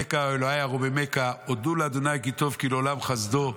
ואודך אלהי ארוממך"; "הודו לה' כי טוב כי לעולם חסדו".